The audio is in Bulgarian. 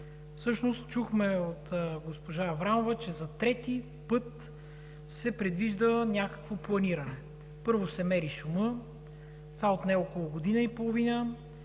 Всъщност чухме от госпожа Аврамова, че за трети път се предвижда някакво планиране. Първо се мери шумът – това отне около година и половина,